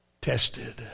tested